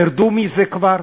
תרדו מזה כבר,